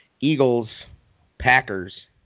Eagles-Packers